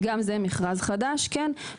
גם זה מכרז חדש, כן.